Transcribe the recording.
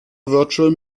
virtual